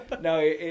No